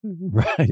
Right